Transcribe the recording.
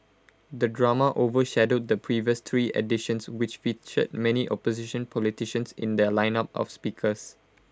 the drama overshadowed the previous three editions which featured many opposition politicians in their lineup of speakers